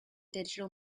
digital